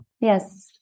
Yes